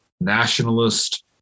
nationalist